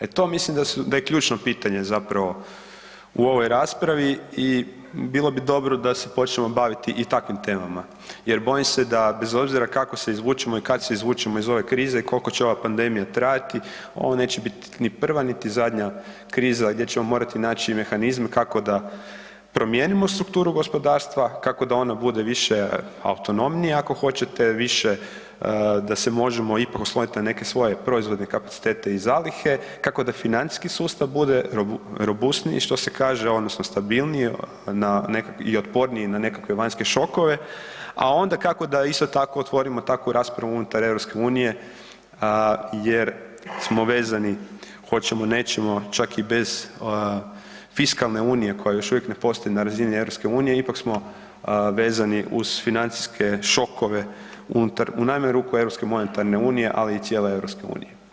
E to mislim da je ključno pitanje u ovoj raspravi i bilo bi dobro da se počnemo baviti i takvim temama jer bojim se da bez obzira kako se izvučemo i kada se izvučemo iz ove krize i koliko će ova pandemija trajati, ovo neće biti niti prva niti zadnja kriza gdje ćemo morati naći mehanizme kako da promijenimo strukturu gospodarstva, kako da ona bude više autonomnija ako hoćete, više da se možemo ipak osloniti na neke svoje proizvodne kapacitete i zalihe, kako da financijski sustav bude robusniji što se kaže odnosno stabilniji i otporniji na nekakve vanjske šokove, a onda kako da isto tako otvorimo takvu raspravu unutar EU jer smo vezani hoćemo nećemo čak i bez fiskalne unije koja još uvijek ne postoji na razini EU ipak smo vezani uz financijske šokove unutar u najmanju ruku Europske monetarne unije, ali i cijele EU.